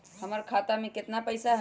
हमर खाता में केतना पैसा हई?